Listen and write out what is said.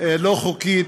לא חוקית.